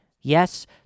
Yes